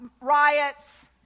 riots